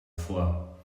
vor